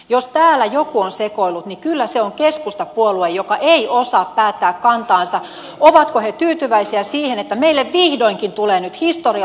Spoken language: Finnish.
jos täällä joku on sekoillut niin kyllä se on keskustapuolue joka ei osaa päättää kantaansa ovatko he tyytyväisiä siihen että meille vihdoinkin tulee nyt historiallinen vanhuspalvelulaki